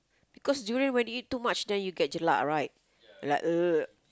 cause durian when you eat too much then you get jelak right like ugh